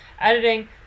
editing